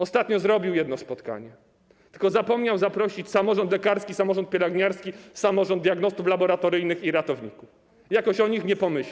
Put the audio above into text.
Ostatnio zrobił jedno spotkanie, tylko zapomniał zaprosić samorząd lekarski, samorząd pielęgniarski, samorząd diagnostów laboratoryjnych i ratowników, jakoś o nich nie pomyślał.